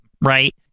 right